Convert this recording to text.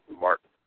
Martin